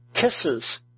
kisses